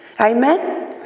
Amen